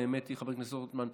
חבר הכנסת רוטמן,